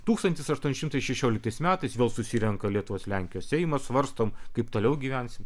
tūkstantis aštuoni šimtai šešioliktais metais vėl susirenka lietuvos lenkijos seimam svarstom kaip toliau gyvensim